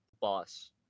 boss